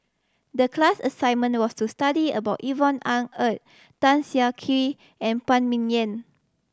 the class assignment was to study about Yvonne Ng Uhde Tan Siah Kwee and Phan Ming Yen